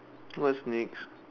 what's next